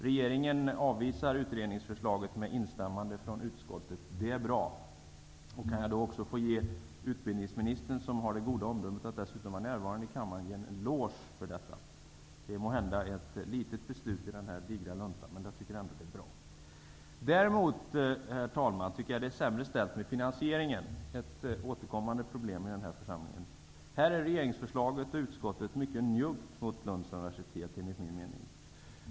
Regeringen avvisar utredningsförslaget, och utskottet instämmer. Det är bra. Här vill jag ge utbildningsministern -- som har det goda omdömet att vara närvarande i kammaren -- en eloge för detta. Det här är måhända ett litet beslut i denna digra lunta, men det är bra. Herr talman! Däremot är det sämre ställt med finansieringen. Det är ett återkommande problem i den här församlingen. Här är regeringens förslag och utskottet mycket njuggt mot Lunds universitet.